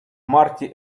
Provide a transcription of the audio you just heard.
марте